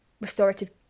restorative